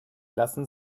lassen